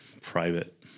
private